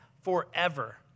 forever